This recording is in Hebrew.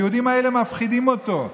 היהודים האלה מפחידים אותו.